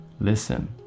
listen